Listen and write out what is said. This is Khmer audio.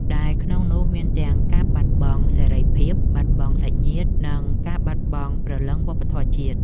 ដែលក្នុងនោះមានទាំងការបាត់បង់សេរីភាព បាត់បង់សាច់ញាតិ និងការបាត់បង់ព្រលឹងវប្បធម៌ជាតិ។